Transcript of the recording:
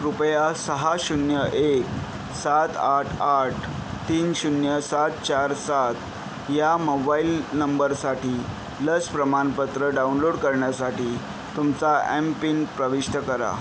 कृपया सहा शून्य एक सात आठ आठ तीन शून्य सात चार सात या मोबाईल नंबरसाठी लस प्रमाणपत्र डाउनलोड करण्यासाठी तुमचा एमपिन प्रविष्ट करा